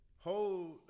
Hold